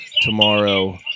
tomorrow